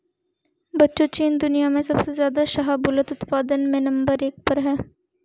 बच्चों चीन दुनिया में सबसे ज्यादा शाहबूलत उत्पादन में नंबर एक पर है